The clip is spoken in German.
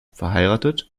verheiratet